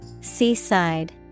Seaside